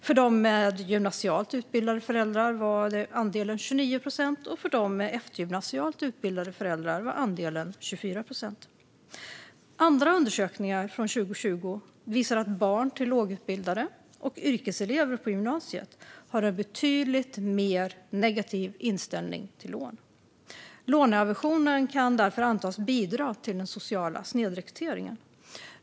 För dem med gymnasialt utbildade föräldrar var andelen 29 procent, och för dem med eftergymnasialt utbildade föräldrar var andelen 24 procent. Andra undersökningar från 2020 visar att barn till lågutbildade och yrkeselever på gymnasiet har en betydligt mer negativ inställning till lån. Låneaversionen kan därför antas bidra till den sociala snedrekryteringen.